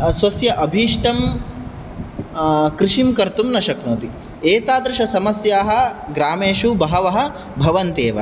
स्वस्य अभीष्टं कृषिं कर्तुं न शक्नोति एतादृशसमस्याः ग्रामेषु बहवः भवन्त्येव